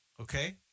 Okay